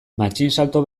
matxinsalto